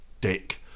dick